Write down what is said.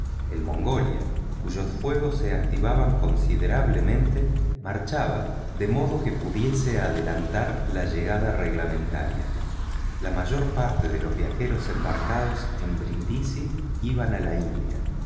el mongolia cuyos fuegos se activaban considerablemente marchaba de modo que pudiese adelantar la llegada reglamentaria la mayor parte de los viajeros embarcados en brindisi iban a la india